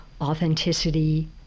authenticity